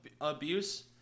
abuse